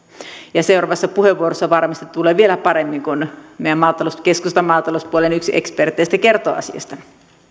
seuraavassa puheenvuorossa varmasti tulee vieläkin paremmin kun keskustan maatalouspuolen yksi eksperteistä kertoo asiasta